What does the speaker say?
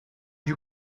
you